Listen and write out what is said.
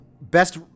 best